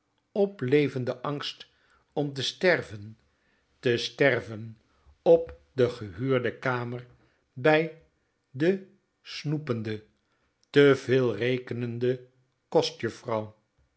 weder oplevenden angst om te sterven te sterven op de gehuurde kamer bij de snoepende te veel rekenende kostjuffrouw